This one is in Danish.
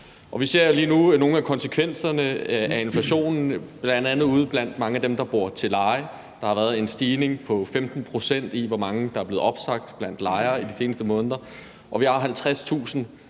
Vi ser lige nu nogle af konsekvenserne af inflationen, bl.a. ude blandt dem, der bor til leje. Der har været en stigning på 15 pct., i forhold til hvor mange lejere der er blevet opsagt i de seneste måneder. Vi har 50.000